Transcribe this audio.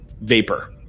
vapor